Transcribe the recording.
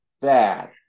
bad